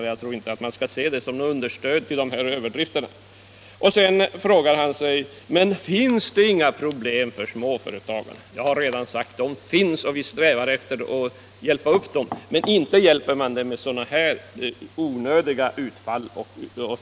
Men jag tror inte att man kan se den som ett stöd för dessa överdrifter. Sedan frågar sig herr Andersson: Finns det inga problem för småföretagarna? Jag har redan sagt att de finns och att vi strävar efter att rätta till dem, men inte hjälper man till med sådana här onödiga utfall och floskler.